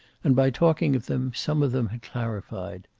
and by talking of them some of them had clarified.